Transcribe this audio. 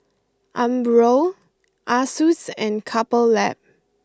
Umbro Asus and Couple Lab